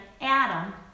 Adam